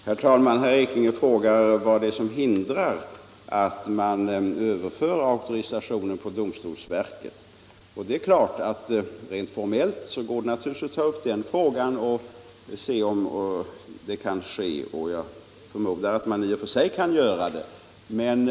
Herr talman! Herr Ekinge frågar vad det är som hindrar att man överför auktorisatioren till domstolsverket. Det är klart att det rent formellt går att ta upp den frågan för att se om så kan ske. Jag förmodar att man i och för sig kan göra en sådan överföring.